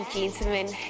Gentlemen